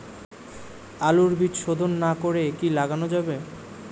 আলুর বীজ শোধন না করে কি লাগানো যাবে?